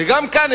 וגם כאן,